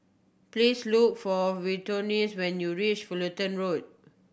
please look for Victorine when you reach Fullerton Road